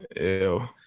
Ew